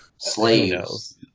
Slaves